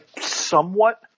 somewhat